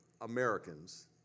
Americans